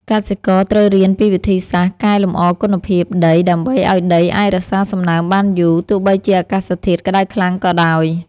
កសិករត្រូវរៀនពីវិធីសាស្ត្រកែលម្អគុណភាពដីដើម្បីឱ្យដីអាចរក្សាសំណើមបានយូរ ទោះបីជាអាកាសធាតុក្តៅខ្លាំងក៏ដោយ។